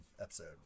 episode